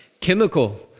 chemical